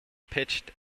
pitched